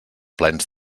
plens